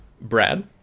Brad